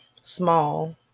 small